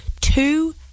two